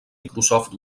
microsoft